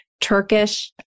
Turkish